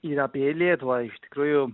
ir apie lietuvą iš tikrųjų